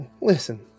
Listen